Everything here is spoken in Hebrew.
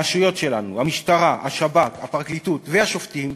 הרשויות שלנו, המשטרה, השב"כ, הפרקליטות והשופטים,